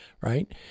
right